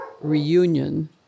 reunion